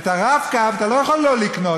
את ה"רב-קו" אתה לא יכול לא לקנות.